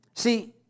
See